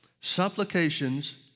supplications